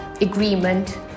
agreement